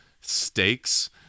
stakes